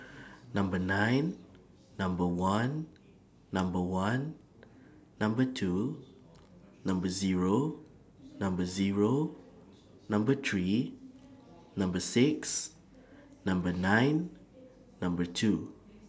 Number nine Number one Number one Number two Number Zero Number Zero Number three Number six Number nine Number two